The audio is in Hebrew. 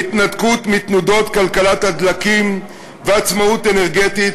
בהתנתקות מתנודות כלכלת הדלקים ובעצמאות אנרגטית,